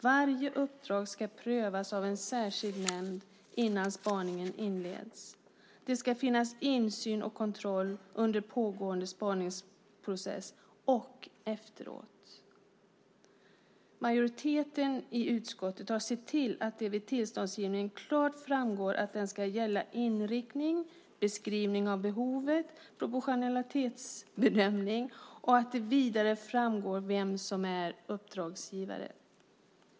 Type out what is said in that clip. Varje uppdrag ska prövas av en särskild nämnd innan spaningen inleds. Det ska finnas insyn och kontroll under pågående spaningsprocess och efteråt. Majoriteten i utskottet har sett till att det vid tillståndsgivningen klart framgår att den ska gälla inriktning, beskrivning av behovet och proportionalitetsbedömning. Vidare ska det framgå vem som är uppdragsgivare.